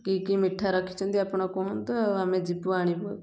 କି କି ମିଠା ରଖିଛନ୍ତି ଆପଣ କୁହନ୍ତୁ ଆଉ ଆମେ ଯିବୁ ଆଣିବୁ ଆଉ